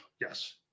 yes